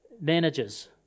Managers